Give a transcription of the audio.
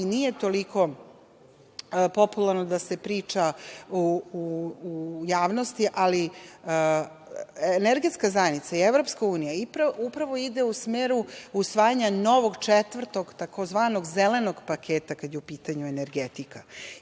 i nije toliko popularno da se priča u javnosti, ali energetska zajednica i EU upravo idu u smeru usvajanja novog, četvrtog, tzv. Zelenog paketa, kada je u pitanju energetika.